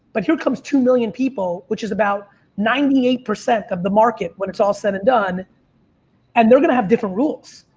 but here comes two million people which is about ninety eight percent of the market when it's all said and done and they're going to have different rules.